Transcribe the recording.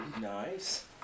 Nice